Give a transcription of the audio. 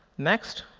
next,